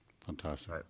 Fantastic